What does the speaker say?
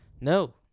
No